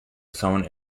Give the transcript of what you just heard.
someone